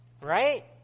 right